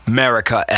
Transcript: America